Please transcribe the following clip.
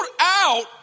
out